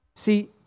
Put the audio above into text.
See